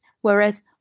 Whereas